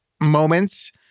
moments